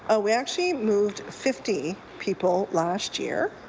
ah we actually moved fifty people last year.